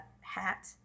hat